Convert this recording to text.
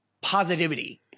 positivity